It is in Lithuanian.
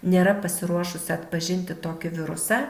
nėra pasiruošusi atpažinti tokį virusą